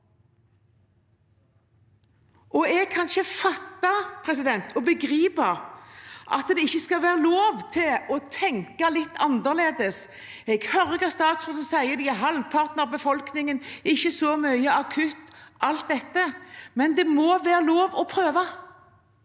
på. Jeg kan ikke fatte og begripe at det ikke skal være lov til å tenke litt annerledes. Jeg hører hva statsråden sier. De er halvparten av befolkningen, har ikke så mye akutt – alt dette – men det må være lov å prøve